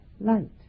light